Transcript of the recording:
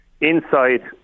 inside